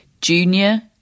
junior